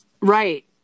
Right